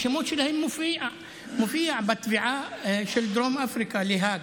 השמות שלהם מופיעים בתביעה של דרום אפריקה להאג,